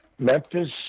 Memphis